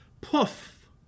poof